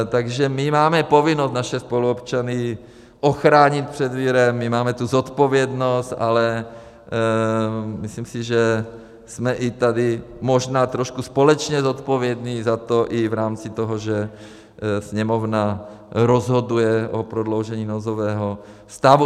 Takže my máme povinnost naše spoluobčany ochránit před virem, my máme tu zodpovědnost, ale myslím si, že jsme i tady možná trošku společně zodpovědní za to i v rámci toho, že Sněmovna rozhoduje o prodloužení nouzového stavu.